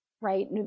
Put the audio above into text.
right